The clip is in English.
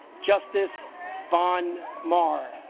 justice von maur